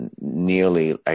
nearly